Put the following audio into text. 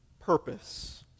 Purpose